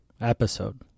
Episode